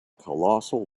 colossal